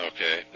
Okay